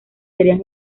serían